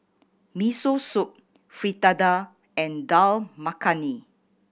Miso Soup Fritada and Dal Makhani